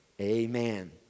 Amen